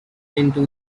into